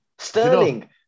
Sterling